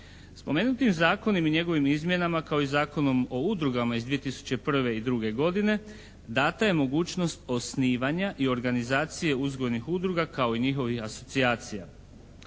Spomenutim je Zakonom i njegovim izmjenama kao i Zakonom o udrugama iz 2001. i 2. godine dana je mogućnost osnivanja i organizacije uzgojnih udruga kao i njihovih asocijacija.